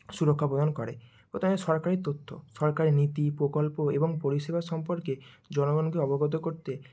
সুরক্ষা প্রদান করে ও তার জন্য সরকারি তথ্য সরকারি নীতি প্রকল্প এবং পরিষেবা সম্পর্কে জনগণকে অবগত করতে